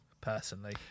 personally